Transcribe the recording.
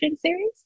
series